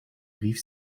rief